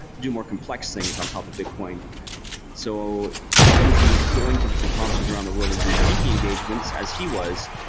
to do more complex things on top of bitcoin so i would be going to different conferences around the world and doing speaking engagements as we he was,